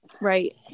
Right